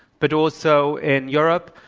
but also in europe.